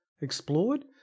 explored